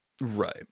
Right